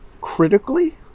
critically